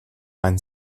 einen